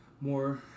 more